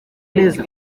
neza